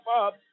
up